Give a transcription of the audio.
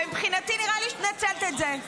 ומבחינתי נראה לי שאת מנצלת את זה.